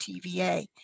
TVA